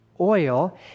oil